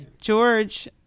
George